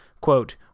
quote